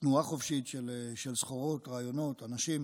תנועה חופשית של סחורות, רעיונות, אנשים,